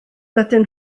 dydyn